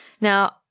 Now